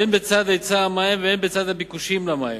הן בצד היצע המים והן בצד הביקושים למים.